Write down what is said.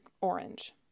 orange